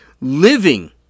living